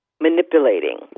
manipulating